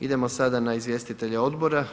Idemo sada na izvjestitelje Odbora?